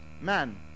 Man